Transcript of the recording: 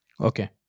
Okay